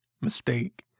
mistake